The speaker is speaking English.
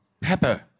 Pepper